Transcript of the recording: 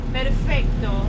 Perfecto